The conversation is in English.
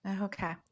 Okay